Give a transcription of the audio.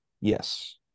Yes